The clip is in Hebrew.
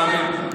תאמיני לי.